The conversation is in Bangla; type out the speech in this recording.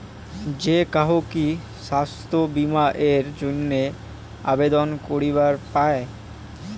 যে কাহো কি স্বাস্থ্য বীমা এর জইন্যে আবেদন করিবার পায়?